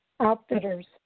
Outfitters